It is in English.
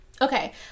Okay